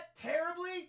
terribly